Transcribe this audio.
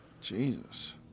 Jesus